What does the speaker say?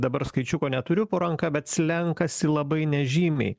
dabar skaičiuko neturiu po ranka bet slenkasi labai nežymiai